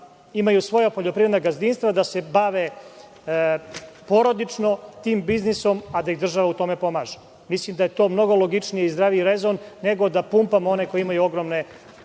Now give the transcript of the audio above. imaju svoja poljoprivredna gazdinstva, da se bave porodično tim biznisom, a da ih država u tome pomaže. Mislim da je to mnogo logičniji i zdraviji rezon, nego da pumpamo one koji imaju ogromne